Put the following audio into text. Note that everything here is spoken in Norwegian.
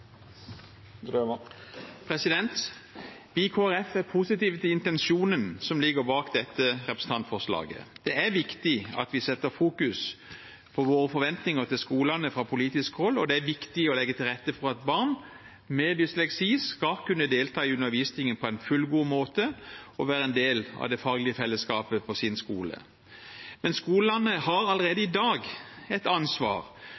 Vi i Kristelig Folkeparti er positive til intensjonen som ligger bak dette representantforslaget. Det er viktig at vi fokuserer på våre forventninger til skolene fra politisk hold, og det er viktig å legge til rette for at barn med dysleksi skal kunne delta i undervisningen på en fullgod måte og være en del av det faglige fellesskapet på sin skole. Skolene har allerede i dag et ansvar